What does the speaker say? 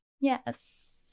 Yes